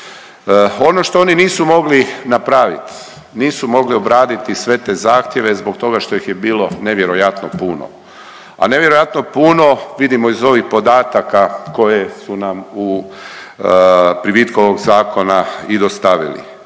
Ono što oni nisu mogli napravit, nisu mogli obraditi sve te zahtjeve zbog toga što ih je bilo nevjerojatno puno, a nevjerojatno puno vidimo iz ovih podataka koje su nam u privitku ovog zakona i dostavili,